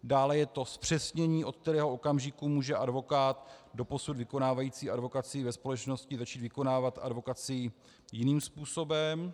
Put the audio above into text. Dále je to zpřesnění, od kterého okamžiku může advokát doposud vykonávající advokacii ve společnosti začít vykonávat advokacii jiným způsobem.